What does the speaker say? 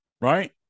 Right